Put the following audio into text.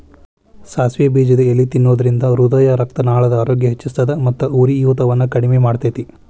ಸಾಸಿವೆ ಬೇಜದ ಎಲಿ ತಿನ್ನೋದ್ರಿಂದ ಹೃದಯರಕ್ತನಾಳದ ಆರೋಗ್ಯ ಹೆಚ್ಹಿಸ್ತದ ಮತ್ತ ಉರಿಯೂತವನ್ನು ಕಡಿಮಿ ಮಾಡ್ತೆತಿ